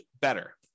better